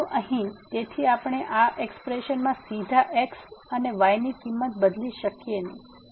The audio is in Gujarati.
પરંતુ અહીં તેથી આપણે આ એક્સપ્રેશનમાં સીધા x અને y ની કિંમત બદલી શકીએ નહીં